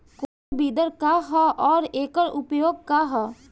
कोनो विडर का ह अउर एकर उपयोग का ह?